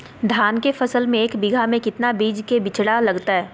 धान के फसल में एक बीघा में कितना बीज के बिचड़ा लगतय?